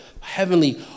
Heavenly